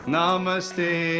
Namaste